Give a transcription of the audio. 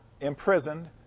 imprisoned